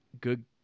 good